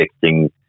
fixing